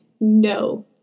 no